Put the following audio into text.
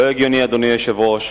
אדוני היושב-ראש,